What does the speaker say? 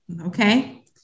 Okay